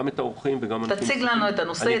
את האורחים וגם את ה --- תציג לנו את הנושא,